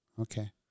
Okay